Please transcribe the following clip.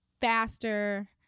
faster